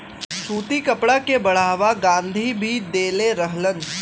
सूती कपड़ा के बढ़ावा गाँधी भी देले रहलन